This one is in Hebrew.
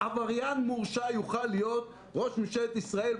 עבריין מורשע יוכל להיות ראש ממשלת ישראל.